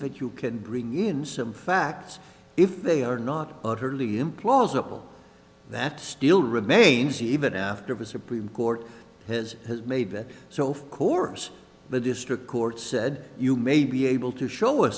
that you can bring in some facts if they are not utterly implausible that still remains even after his supreme court has made that so for course the district court said you may be able to show